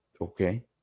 Okay